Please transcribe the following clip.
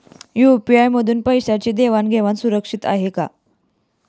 UPI मधून पैशांची देवाण घेवाण सुरक्षित आहे का?